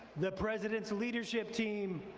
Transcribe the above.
the president's leadership team,